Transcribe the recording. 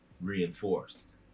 reinforced